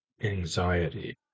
anxiety